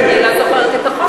אני לא זוכרת את החוק.